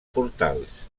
portals